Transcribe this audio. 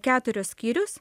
keturius skyrius